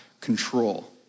control